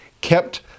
kept